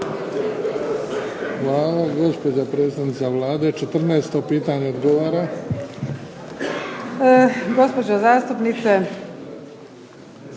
Hvala. Gospođa predsjednica Vlade 14. pitanje odgovara.